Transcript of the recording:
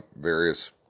various